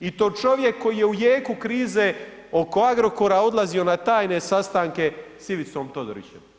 I to čovjek koji je u jeku krize oko Agrokora odlazio na tajne sastanke s Ivicom Todorićem.